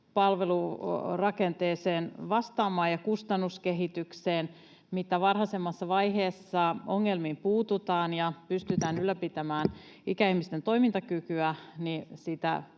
palvelurakenteeseen ja kustannuskehitykseen vastaamaan. Mitä varhaisemmassa vaiheessa ongelmiin puututaan ja pystytään ylläpitämään ikäihmisten toimintakykyä, sitä